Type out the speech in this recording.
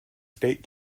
state